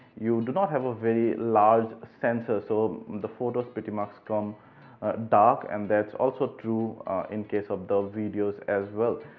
you do not have a very large sensor so the photos pretty much come dark and that's also true in case of the videos as well.